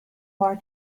far